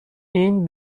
این